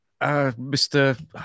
Mr